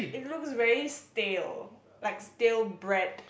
it looks very stale like stale bread